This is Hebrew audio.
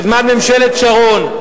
בזמן ממשלת שרון.